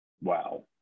Wow